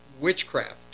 witchcraft